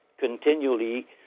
continually